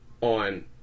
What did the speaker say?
on